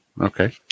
Okay